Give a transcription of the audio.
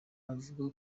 avuga